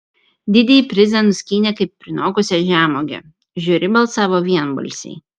didįjį prizą nuskynė kaip prinokusią žemuogę žiūri balsavo vienbalsiai